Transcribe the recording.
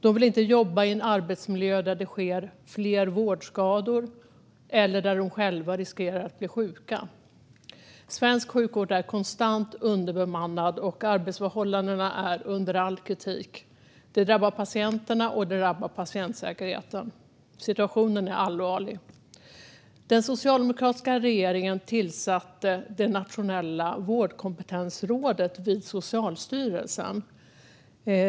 De vill inte jobba i en arbetsmiljö där det sker allt fler vårdskador eller där de själva riskerar att bli sjuka. Svensk sjukvård är konstant underbemannad, och arbetsförhållandena är under all kritik. Det drabbar patienterna, och det drabbar patientsäkerheten. Situationen är allvarlig. Den socialdemokratiska regeringen tillsatte det nationella vårdkompetensrådet vid Socialstyrelsen.